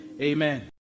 amen